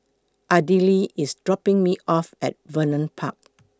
Ardelle IS dropping Me off At Vernon Park